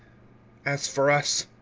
as for us,